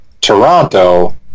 Toronto